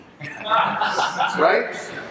Right